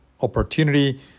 opportunity